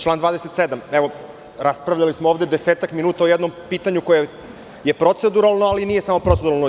Član 27, evo, raspravljali smo ovde 10-ak minuta o jednom pitanju koje je proceduralno, ali nije samo proceduralno.